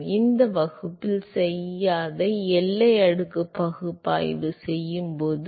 எனவே இந்த வகுப்பில் செய்யாத எல்லை அடுக்கு பகுப்பாய்வு செய்யும் போது